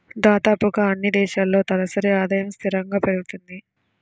దాదాపుగా అన్నీ దేశాల్లో తలసరి ఆదాయము స్థిరంగా పెరుగుతుంది